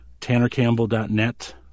tannercampbell.net